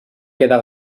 queda